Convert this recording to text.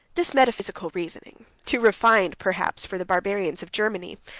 this metaphysical reasoning, too refined, perhaps, for the barbarians of germany,